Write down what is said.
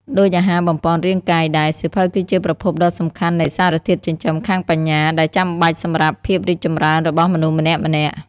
ដូចអាហារបំប៉នរាងកាយដែរ សៀវភៅគឺជាប្រភពដ៏សំខាន់នៃសារធាតុចិញ្ចឹមខាងបញ្ញា ដែលចាំបាច់សម្រាប់ភាពរីកចម្រើនរបស់មនុស្សម្នាក់ៗ។